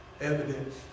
evidence